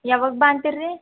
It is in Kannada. ಯವಾಗ ಬಾ ಅಂತಿರ್ರಿ